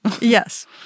Yes